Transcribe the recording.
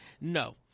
No